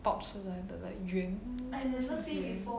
pop 出来的 like 圆在这边